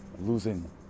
losing